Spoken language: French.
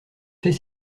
fait